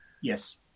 Yes